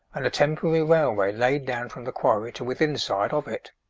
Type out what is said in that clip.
and a temporary railway laid down from the quarry to withinside of it.